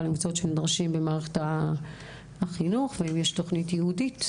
למקצועות שנדרשים במערכת החינוך ואם יש תוכנית ייעודית,